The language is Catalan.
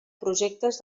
projectes